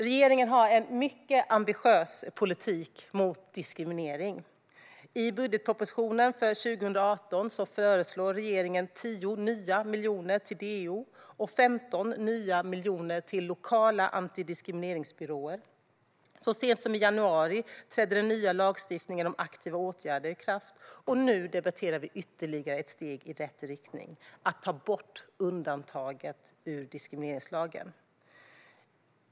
Regeringen har en mycket ambitiös politik mot diskriminering. I budgetpropositionen för 2018 föreslår regeringen 10 nya miljoner till DO och 15 nya miljoner till lokala antidiskrimineringsbyråer. Så sent som i januari trädde den nya lagstiftningen om aktiva åtgärder i kraft. Och nu debatterar vi ytterligare ett steg i rätt riktning, att ta bort undantaget i diskrimineringslagen.